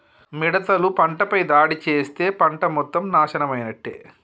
మిడతలు పంటపై దాడి చేస్తే పంట మొత్తం నాశనమైనట్టే